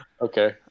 okay